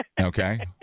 Okay